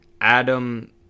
Adam